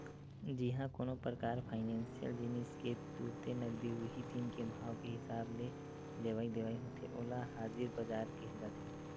जिहाँ कोनो परकार फाइनेसियल जिनिस के तुरते नगदी उही दिन के भाव के हिसाब ले लेवई देवई होथे ओला हाजिर बजार केहे जाथे